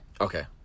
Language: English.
okay